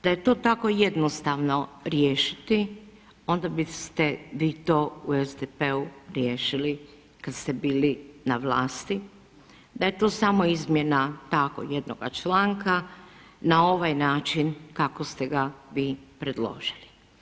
Da je to tako jednostavno riješili onda biste vi to u SDP-u riješili kad ste bili na vlasti, da je to samo izmjena tako jednoga članka na ovaj način kako ste ga vi predložili.